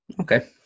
Okay